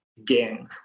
again